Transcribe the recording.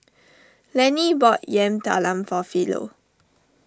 Lenny bought Yam Talam for Philo